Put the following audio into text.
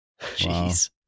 Jeez